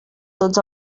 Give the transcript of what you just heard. tots